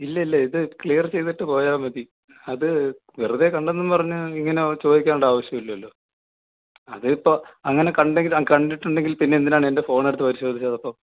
ഇല്ല ഇല്ല ഇത് ക്ലിയർ ചെയ്തിട്ട് പോയാൽമതി അത് വെറുതെ കണ്ടെന്നും പറഞ്ഞ് ഇങ്ങനെ ചോദിക്കേണ്ട ആവശ്യം ഇല്ലല്ലോ അതിപ്പോൾ അങ്ങനെ കണ്ടെങ്കിൽ ആ കണ്ടിട്ടുണ്ടെങ്കിൽ പിന്നെ എന്തിനാണ് എൻ്റെ ഫോണ് എടുത്ത് പരിശോധിച്ചത് അപ്പം